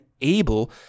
able